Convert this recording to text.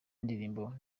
indirimbo